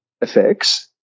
effects